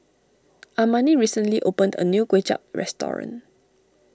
Amani recently opened a new Kway Chap restoring